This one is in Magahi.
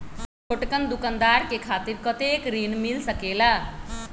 हम छोटकन दुकानदार के खातीर कतेक ऋण मिल सकेला?